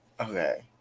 Okay